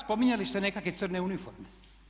Spominjali ste nekakve crne uniforme.